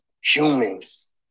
humans